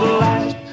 last